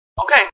Okay